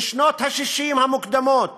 משנות ה-60 המוקדמות